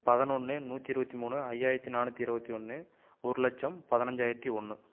பதனொன்று நூற்றி இருபத்திமூணு ஐயாயரத்து நானூற்றி இருபத்தி ஒன்று ஒரு லட்சம் பதினஞ்சாயரத்து ஒன்று